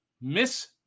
Miss